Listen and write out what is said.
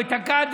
או את הקאדים.